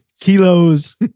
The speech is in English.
Kilos